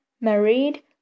married